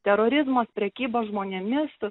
terorizmas prekyba žmonėmis